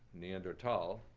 neanderthal,